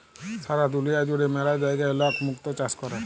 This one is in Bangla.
সারা দুলিয়া জুড়ে ম্যালা জায়গায় লক মুক্ত চাষ ক্যরে